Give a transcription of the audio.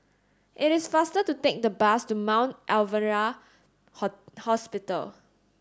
it is faster to take the bus to Mount Alvernia Hospital